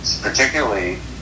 particularly